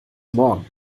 morgen